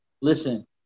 Listen